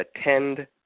attend